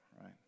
right